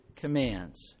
commands